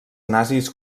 nazis